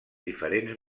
diferents